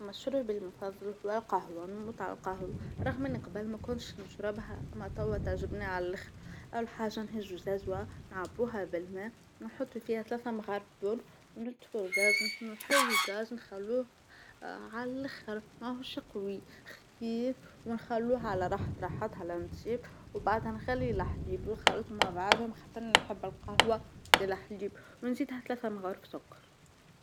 مشروبى المفظل هو القهوة نموت عالقهوة رغم إني قبل ما كنتش نشربها مع توا تعجبني عالآخر، أول حاجة نجهزوا الزاجوة نعبوها بالماء نحطو فيها ثلاثة مغارف بن ونتفو الغاز نحركو الغاز نخلوه عالآخر ماهوش قوي خفيف ونخلوه على راحة راحتها لآن تطيب وبعدها نخلى الحليب ونخلطهم مع بعضهم حتى أنا نحب القهوة بالحليب ونزيدها ثلاثة مغارف سكر.